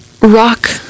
rock